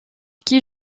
qui